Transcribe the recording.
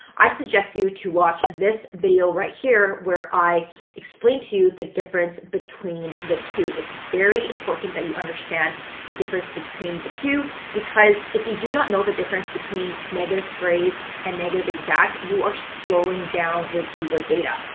i suggest you to watch this video right here where i explain to you the difference between the two. it's very important that you understand the difference between the two because if you do not know the difference between negative phrase and negative exact, you are slowing down your keyword data.